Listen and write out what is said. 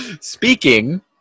Speaking